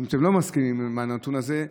ואם אתם לא מסכימים לנתון הזה,